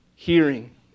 hearing